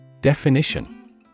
Definition